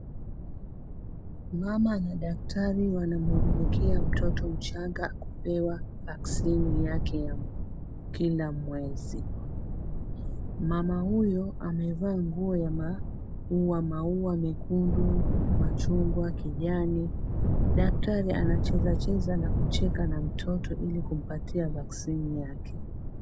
Mama na daktari wanamhudumikia mtoto mchanga kupewa vaxini yake ya kila mwezi. Mama huyu amevaa nguo ya maua maua mekundu, machungwa, kijani. Daktari anacheza cheza na kucheka na mtoto ili kumpatia vaxini yake.